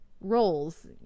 Roles